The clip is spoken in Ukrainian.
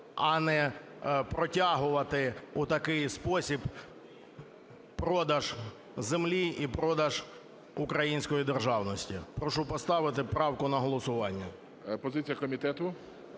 а не протягувати у такий спосіб продаж землі і продаж української державності. Прошу поставити правку на голосування. ГОЛОВУЮЧИЙ. Позиція комітету.